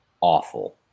awful